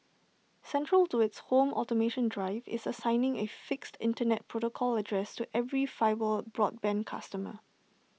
central to its home automation drive is assigning A fixed Internet protocol address to every fibre broadband customer